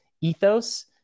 ethos